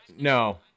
No